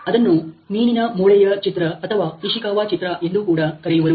ಅದನ್ನು 'ಮೀನಿನ ಮೂಳೆಯ ಚಿತ್ರ' ಅಥವಾ ಇಶಿಕಾವ ಚಿತ್ರ ಎಂದು ಕೂಡ ಕರೆಯುವರು